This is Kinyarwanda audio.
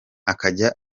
akajya